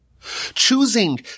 Choosing